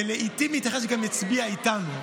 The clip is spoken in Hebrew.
ולעיתים ייתכן שגם יצביע איתנו.